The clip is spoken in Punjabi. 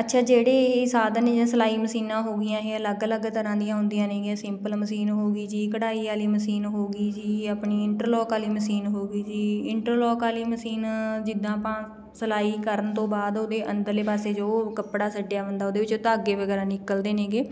ਅੱਛਾ ਜਿਹੜੇ ਇਹ ਸਾਧਨ ਸਿਲਾਈ ਮਸ਼ੀਨਾਂ ਹੋ ਗਈਆਂ ਇਹ ਅਲੱਗ ਅਲੱਗ ਤਰ੍ਹਾਂ ਦੀਆਂ ਹੁੰਦੀਆਂ ਨੇਗੀਆਂ ਸਿੰਪਲ ਮਸ਼ੀਨ ਹੋ ਗਈ ਜੀ ਕਢਾਈ ਵਾਲੀ ਮਸ਼ੀਨ ਹੋ ਗਈ ਜੀ ਆਪਣੀ ਇੰਟਰਲੋਕ ਵਾਲੀ ਮਸ਼ੀਨ ਹੋ ਗਈ ਜੀ ਇੰਟਰਲੋਕ ਵਾਲੀ ਮਸ਼ੀਨ ਜਿੱਦਾਂ ਆਪਾਂ ਸਿਲਾਈ ਕਰਨ ਤੋਂ ਬਾਅਦ ਉਹਦੇ ਅੰਦਰਲੇ ਪਾਸੇ ਜੋ ਕੱਪੜਾ ਛੱਡਿਆ ਹੁੰਦਾ ਉਹਦੇ ਵਿੱਚੋਂ ਧਾਗੇ ਵਗੈਰਾ ਨਿਕਲਦੇ ਨੇਗੇ